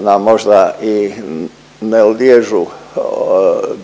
nam možda i ne liježu